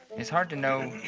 it's hard to know.